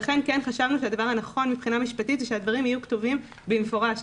לכן חשבנו שהדבר הנכון מבחינה משפטית הוא שהדברים יהיו כתובים במפורש.